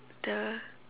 the